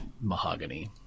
mahogany